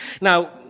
Now